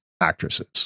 actresses